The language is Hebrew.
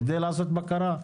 כדי לעשות בקרה.